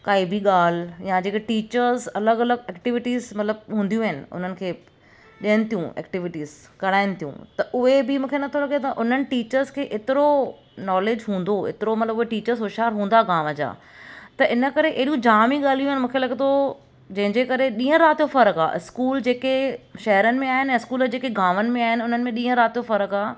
काइ बि ॻाल्हि या जेके टीचर्स अलॻि अलगॻि एक्टिविटीज़ मतिलब हूंदियूं आहिनि उन्हनि खे ॾियनि थियूं एक्टिविटीज़ कराइनि थियूं त उहे बि मूंखे नथो लॻे त उन्हनि टीचर्स खे एतिरो नोलेज हूंदो एतिरो मतिलब उहे टीचर्स होशारु हूंदा गांव जा त इन करे अहिड़ियूं जाम ई ॻाल्हियूं आहिनि मूंखे लॻे थो जंहिंजे करे ॾीहं राति जो ई फ़रकु आहे स्कूल जेके शहरनि में आहिनि ऐं स्कूल जेके गांवनि में आहिनि उन्हनि में ॾीहं राति जो फ़रकु आहे